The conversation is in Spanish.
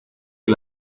que